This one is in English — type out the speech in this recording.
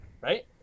Right